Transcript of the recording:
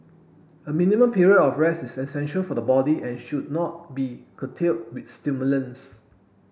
a minimum period of rest is essential for the body and should not be curtailed with stimulants